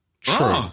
true